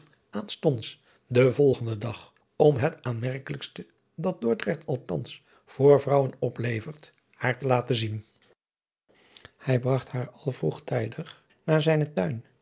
den volgenden dag om het aanmerkelijkste dat dordrecht althans voor vrouwen oplevert haar te laten zien hij bragt haar al vroegtijdig naar zijnen tuin